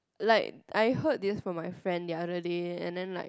like I heard this from my friend the other day and then like